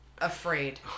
Afraid